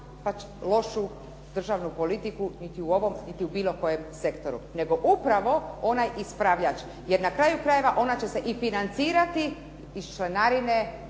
za lošu državnu politiku, niti u ovom, niti u bilo kojem sektoru. Nego upravo, onaj ispravljač jer na kraju krajeva, ona će se i financirati iz članarine